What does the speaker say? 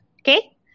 okay